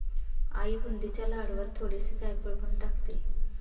आई बुंदीच्या लाडवांत थोडेसे जायफळ पण टाकते